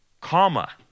comma